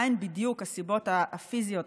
מהן בדיוק הסיבות הפיזיות,